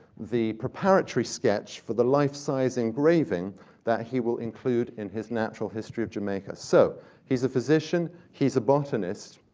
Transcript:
the preparatory sketch for the life-size engraving that he will include in his natural history of jamaica. so he's a physician. he's a botanist.